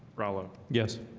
rallo. yes